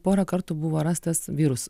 porą kartų buvo rastas vyrus